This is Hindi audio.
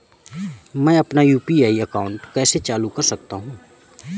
मैं अपना यू.पी.आई अकाउंट कैसे चालू कर सकता हूँ?